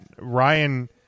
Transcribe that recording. Ryan